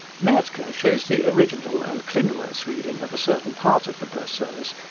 mertke shows the original and klindworth's reading of a certain part of the berceuse,